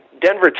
Denver